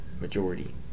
Majority